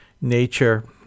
nature